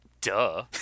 Duh